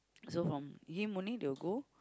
so from him only they will go